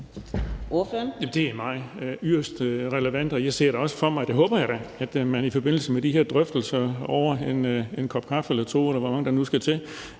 Det er yderst relevant, og jeg ser da også for mig – det håber jeg da – at man i forbindelse med de her drøftelser over en kop kaffe eller to, eller hvor mange der nu skal til,